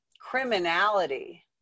criminality